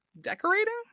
decorating